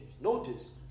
Notice